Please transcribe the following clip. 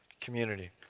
community